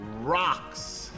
rocks